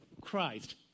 Christ